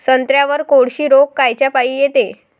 संत्र्यावर कोळशी रोग कायच्यापाई येते?